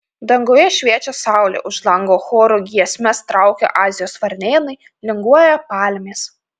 danguje šviečia saulė už lango choru giesmes traukia azijos varnėnai linguoja palmės